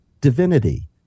divinity